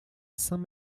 saint